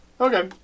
Okay